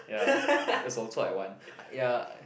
ya that's also I want ya